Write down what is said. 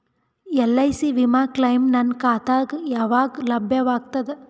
LIC ವಿಮಾ claim ನನ್ನ ಖಾತಾಗ ಯಾವಾಗ ಲಭ್ಯವಾಗತದ?